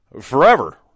forever